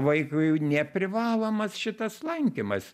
vaikui neprivalomas šitas lankymas